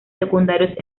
secundarios